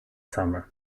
summer